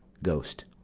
ghost.